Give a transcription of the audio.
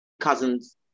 cousins